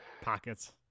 pockets